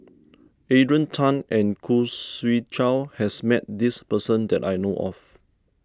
Adrian Tan and Khoo Swee Chiow has met this person that I know of